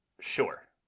sure